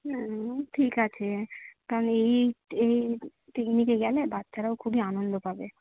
হুম ঠিক আছে কারণ এই এই পিকনিকে গেলে বাচ্চারাও খুবই আনন্দ পাবে